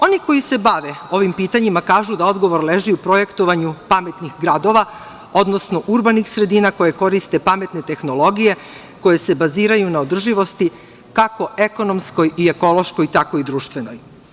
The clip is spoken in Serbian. Oni koji se bave ovim pitanjima kažu da odgovor leži u projektovanju pametnih gradova, odnosno urbanih sredina koje koriste pametne tehnologije, koje se baziraju na održivosti kako ekonomskoj i ekološkoj, tako i društvenoj.